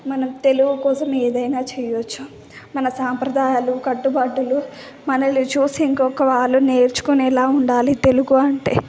మనం తెలుగు కోసం ఏదన్నా చెయ్యవచ్చు మన సాంప్రదాయాలు కట్టుబాటులు మనల్ని చూసి ఇంకొక వాళ్ళు నేర్చుకునేలా ఉండాలి తెలుగు అంటే